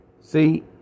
See